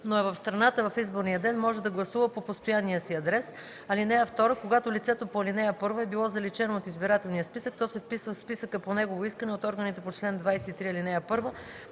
но е в страната в изборния ден, може да гласува по постоянния си адрес. (2) Когато лицето по ал. 1 е било заличено от избирателния списък, то се вписва в списъка по негово искане от органите по чл. 23, ал. 1,